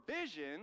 vision